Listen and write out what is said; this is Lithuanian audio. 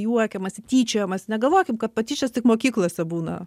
juokiamasi tyčiojamasi negalvokim kad patyčios tik mokyklose būna